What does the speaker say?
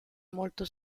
molto